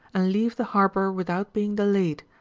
and leave the harbour without being delayed,